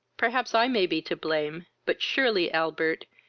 perhaps i may be to blame, but surely, albert,